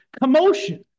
commotion